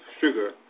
sugar